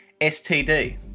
STD